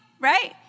right